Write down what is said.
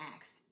asked